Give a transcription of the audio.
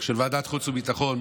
של ועדת חוץ וביטחון